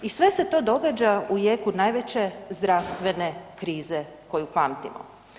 I sve se to događa u jeku najveće zdravstvene krize koju pamtimo.